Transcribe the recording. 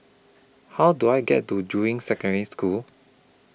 How Do I get to Juying Secondary School